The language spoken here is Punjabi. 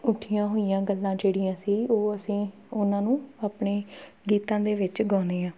ਉੱਠੀਆਂ ਹੋਈਆਂ ਗੱਲਾਂ ਜਿਹੜੀਆਂ ਸੀ ਉਹ ਅਸੀਂ ਉਹਨਾਂ ਨੂੰ ਆਪਣੇ ਗੀਤਾਂ ਦੇ ਵਿੱਚ ਗਾਉਂਦੇ ਹਾਂ